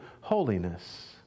Holiness